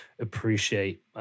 appreciate